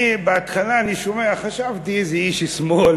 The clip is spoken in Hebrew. בהתחלה אני שומע, וחשבתי שזה איש שמאל